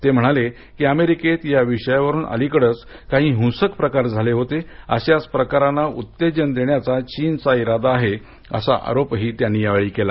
ते म्हणाले की अमेरिकेत याविषयावरून अलीकडेच काही हिंसक प्रकार झाले होते अशाच प्रकारांना उत्तेजन देण्याचा चीनचा इरादा आहे असा आरोपही त्यांनी यावेळी केला